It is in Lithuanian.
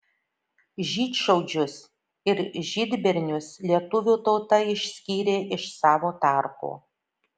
žydšaudžius ir žydbernius lietuvių tauta išskyrė iš savo tarpo